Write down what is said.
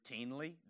routinely